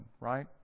right